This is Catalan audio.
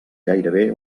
gairebé